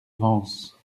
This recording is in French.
vence